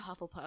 hufflepuff